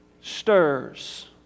stirs